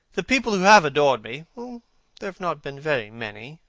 the people who have adored me there have not been very many,